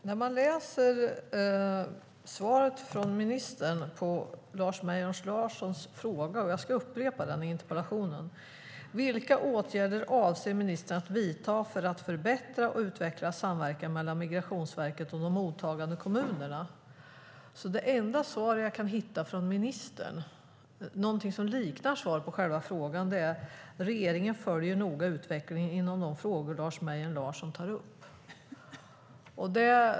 Herr talman! Jag ska upprepa frågan i Lars Mejern Larssons interpellation: Vilka åtgärder avser ministern att vidta för att förbättra och utveckla samverkan mellan Migrationsverket och de mottagande kommunerna? Det enda svar jag kan hitta från ministern - någonting som liknar ett svar på själva frågan - är: "Regeringen följer noga utvecklingen inom de frågor Lars Mejern Larsson tar upp."